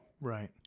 Right